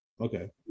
Okay